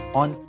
on